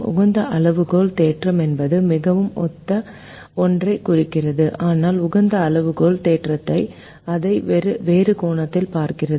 உகந்த அளவுகோல் தேற்றம் என்பது மிகவும் ஒத்த ஒன்றைக் குறிக்கிறது ஆனால் உகந்த அளவுகோல் தேற்றம் அதை வேறு கோணத்தில் பார்க்கிறது